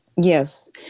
Yes